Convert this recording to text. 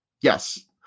Yes